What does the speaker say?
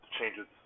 changes